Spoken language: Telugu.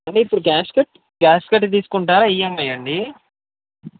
అంటే ఇపుడు క్యాష్ కట్ క్యాష్ కట్టి తీసుకుంటారా ఇఎంఐ ఆ అండి